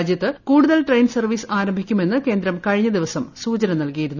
രാജ്യത്ത് കൂടുതൽ train service ആരംഭിക്കുമെന്ന് കേന്ദ്രം കഴിഞ്ഞ ദിവസം സൂചന നല്കിയിരുന്നു